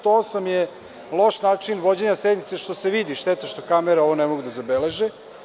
Član 108. je loš način vođenja sednice što se vidi, šteta što kamera ne mogu ovo da zabeleže.